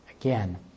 Again